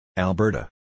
Alberta